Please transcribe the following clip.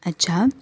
अच्छा